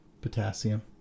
potassium